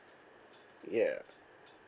ya